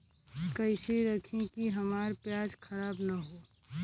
कइसे रखी कि हमार प्याज खराब न हो?